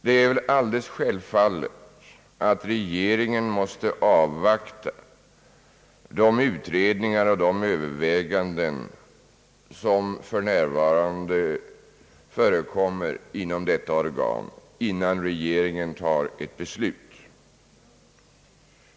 Det är väl alldeles självfallet att de utredningar och de överväganden som för närvarande görs inom detta organ måste avvaktas, innan regeringen fattar ett beslut.